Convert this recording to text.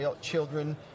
children